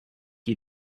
you